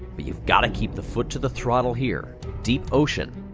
but you've got to keep the foot to the throttle here. deep ocean.